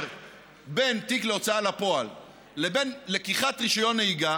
בין תיק הוצאה לפועל לבין לקיחת רישיון נהיגה